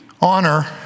Honor